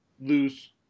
loose